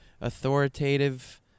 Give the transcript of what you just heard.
authoritative